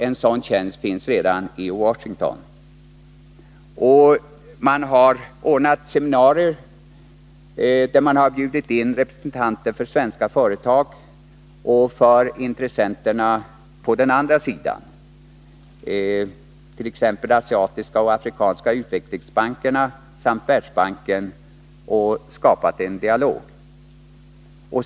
En sådan tjänst finns redan i Washington. Man har också ordnat seminarier där man bjudit in representanter för svenska företag och för intressenterna på den andra sidan, t.ex. de asiatiska och afrikanska utvecklingsbankerna samt Världsbanken, och på det sättet skapat en dialog.